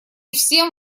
все